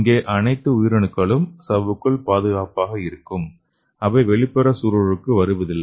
இங்கே அனைத்து உயிரணுக்களும் சவ்வுக்குள் பாதுகாப்பாக இருக்கும் அவை வெளிப்புற சூழலுக்கு வருவதில்லை